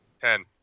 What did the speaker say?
Ten